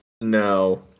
No